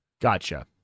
Gotcha